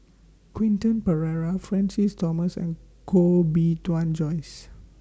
Quentin Pereira Francis Thomas and Koh Bee Tuan Joyce